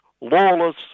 Lawless